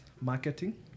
marketing